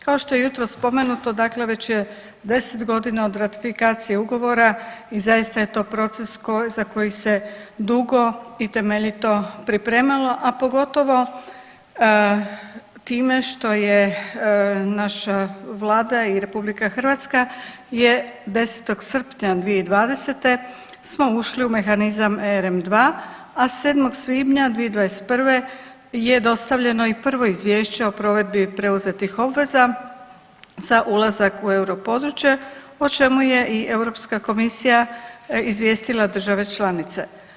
Kao što je jutros spomenuto, dakle već je 10 godina od ratifikacije ugovora i zaista je to proces za koji se dugo i temeljito pripremalo, a pogotovo time što je naša Vlada i RH je 10. srpnja 2020. smo ušli u mehanizam RM 2, a 7. svibnja 2021. je dostavljeno i prvo izvješće o provedbi preuzetih obveza za ulazak u europodručje o čemu je i EU komisija izvijestila države članice.